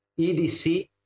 EDC